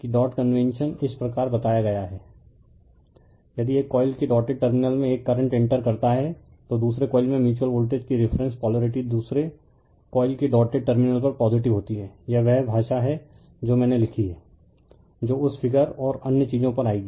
refer slide time 1111 यदि एक coil के डॉटेड टर्मिनल में एक करंट इंटर करता है तो दूसरे कॉइल में म्यूच्यूअल वोल्टेज की रिफरेन्स पोलारिटी दूसरे कॉइल के डॉटेड टर्मिनल पर पॉजिटिव होती है यह वह भाषा है जो मैंने लिखी है जो उस फिगर और अन्य चीजों पर आएगी